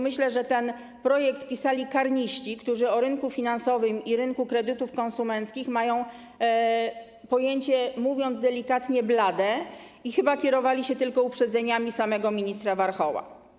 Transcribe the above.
Myślę, że ten projekt pisali karniści, którzy o rynku finansowym i rynku kredytów konsumenckich mają pojęcie, mówiąc delikatnie, blade i chyba kierowali się tylko uprzedzeniami samego ministra Warchoła.